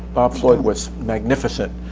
bob floyd was magnificent.